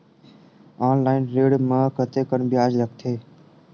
Online ऋण म कतेकन ब्याज लगथे?